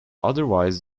otherwise